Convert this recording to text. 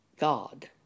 God